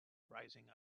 rising